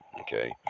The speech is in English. Okay